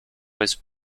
his